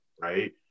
right